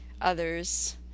others